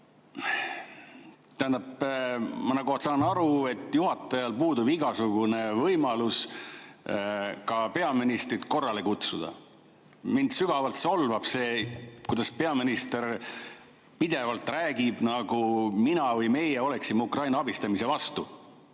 Tähendab, ma saan aru, et juhatajal puudub igasugune võimalus peaministrit korrale kutsuda. Mind sügavalt solvab see, kuidas peaminister pidevalt räägib, nagu mina või meie oleksime Ukraina abistamise vastu.